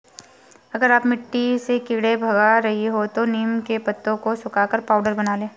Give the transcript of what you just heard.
अगर आप मिट्टी से कीड़े भगा रही हैं तो नीम के पत्तों को सुखाकर पाउडर बना लें